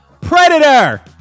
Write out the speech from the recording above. Predator